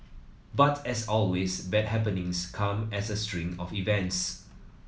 but as always bad happenings come as a string of events